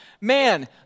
man